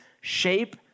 shape